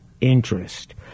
interest